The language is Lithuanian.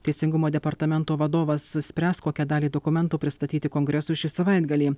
teisingumo departamento vadovas spręs kokią dalį dokumentų pristatyti kongresui šį savaitgalį